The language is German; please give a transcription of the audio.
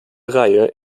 reihe